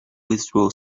withdraw